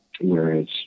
whereas